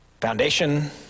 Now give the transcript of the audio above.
Foundation